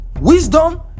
Wisdom